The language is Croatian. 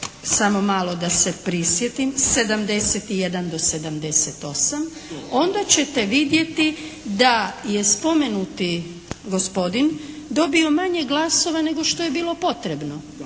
samo malo da se prisjetim 71-78 onda ćete vidjeti da je spomenuti gospodin dobio manje glasova nego što je bilo potrebno.